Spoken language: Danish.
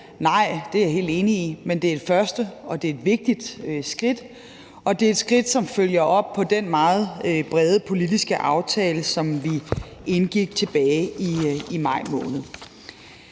Nej, det er jeg helt enig i, men det er et første og det er et vigtigt skridt, og det er et skridt, som følger op på den meget brede politiske aftale, som vi indgik tilbage i maj måned.